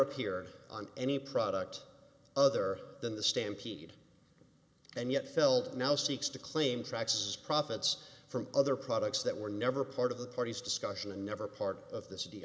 appeared on any product other than the stampede and yet felt now seeks to claim tracks as profits from other products that were never part of the parties discussion and never part of th